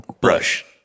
brush